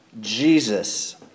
Jesus